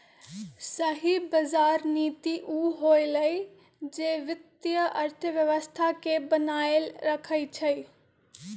सही बजार नीति उ होअलई जे वित्तीय अर्थव्यवस्था के बनाएल रखई छई